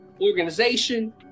organization